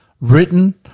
written